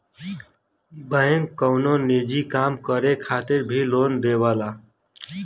bank कउनो निजी काम करे खातिर भी लोन देवला